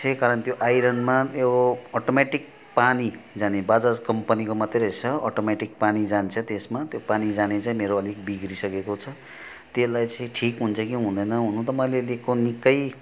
त्यही कारण त्यो आइरनमा ए ओ अटोमेटिक पानी जाने बाजाज कम्पनीको मात्रै रहेछ अटोमेटिक पानी जान्छ त्यसमा त्यो पानी जाने चाहिँ मेरो अलिक बिग्रिसकेको छ त्यसलाई चाहिँ ठिक हुन्छ कि हुँदैन हुनु त मैले लिएको निकै